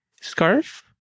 scarf